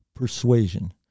persuasion